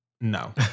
no